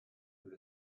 with